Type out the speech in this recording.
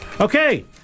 Okay